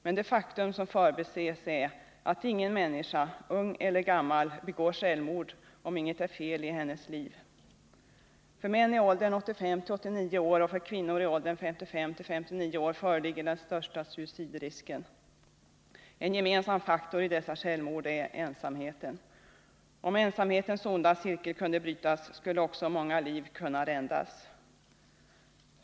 Men det faktum som förbises är att ingen människa, ung eller gammal, begår självmord, om inget är fel i hennes liv. För män i åldern 85-89 år och för kvinnor i åldern 55-59 år föreligger den största suicidrisken. En gemensam faktor i dessa självmord är ensamheten. Om ensamhetens onda cirkel kunde brytas skulle också många liv kunna räddas.